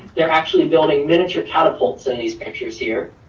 they're actually building miniature catapults in these pictures here.